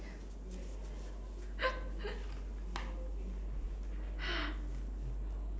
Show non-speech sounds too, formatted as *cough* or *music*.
*laughs*